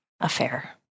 Affair